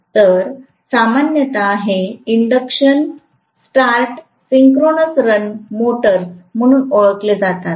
तर सामान्यतः हे induction start synchronous run motors म्हणून ओळखले जातात